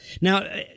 Now